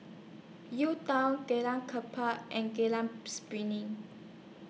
UTown Jalan Klapa and Jalan Piring